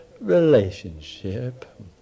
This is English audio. relationship